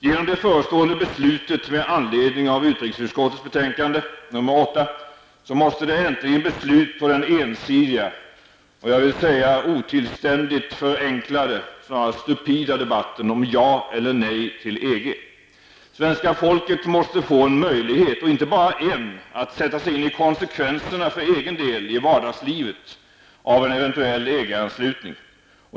Genom det förestående beslutet med anledning av utrikesutskottets betänkande, 1990/91:UU8, måste det äntligen bli slut på den ensidiga -- och jag vill säga otillständigt förenklade, snarare stupida -- debatten om ''ja'' eller ''nej'' till EG. Svenska folket måste få en möjlighet -- och inte bara en -- att sätta sig in i konsekvenserna för egen del i vardagslivet av en eventuell EG-anslutning.